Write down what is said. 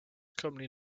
currently